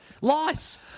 Lice